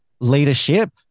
leadership